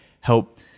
help